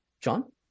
John